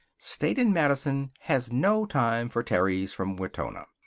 state and madison has no time for terrys from wetona.